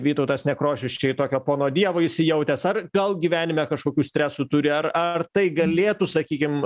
vytautas nekrošius čia į tokio pono dievo įsijautęs ar gal gyvenime kažkokių stresų turi ar ar tai galėtų sakykim